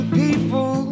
people